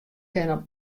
kin